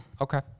Okay